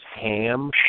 ham